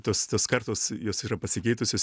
tos tos kartos jos yra pasikeitusios